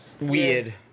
weird